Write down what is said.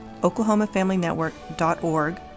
oklahomafamilynetwork.org